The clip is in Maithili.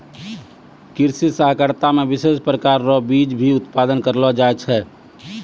कृषि सहकारिता मे विशेष प्रकार रो बीज भी उत्पादन करलो जाय छै